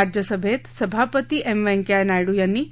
राज्यसभेत अध्यक्ष एम वैंकय्या नायड् यांनी